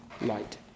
light